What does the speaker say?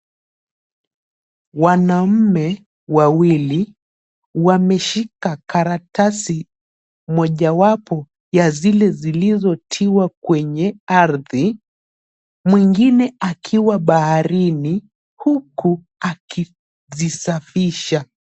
Wanaume wawili wameshika karatasi mojawapo ya zile zilizo tiwa kwenye ardhi mwingine akiwa baharini huku akizisafisha.